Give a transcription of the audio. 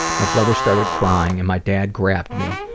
my brother started crying and my dad grabbed me,